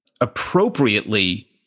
appropriately